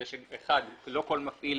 כדי שלא כל מפעיל